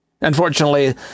Unfortunately